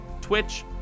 twitch